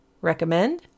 Recommend